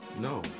no